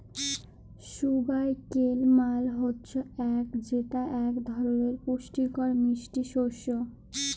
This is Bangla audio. সুগার কেল মাল হচ্যে আখ যেটা এক ধরলের পুষ্টিকর মিষ্টি শস্য